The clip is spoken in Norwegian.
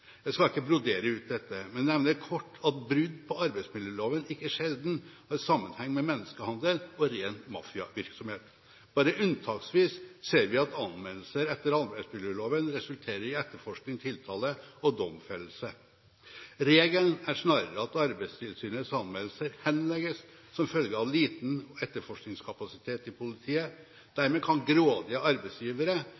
Jeg skal ikke brodere ut dette, men nevne kort at brudd på arbeidsmiljøloven ikke sjelden har sammenheng med menneskehandel og ren mafiavirksomhet. Bare unntaksvis ser vi at anmeldelser etter arbeidsmiljøloven resulterer i etterforskning, tiltale og domfellelse. Regelen er snarere at Arbeidstilsynets anmeldelser henlegges som følge av liten etterforskningskapasitet i politiet.